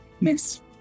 Miss